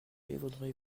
voteront